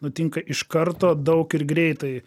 nutinka iš karto daug ir greitai